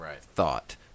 thought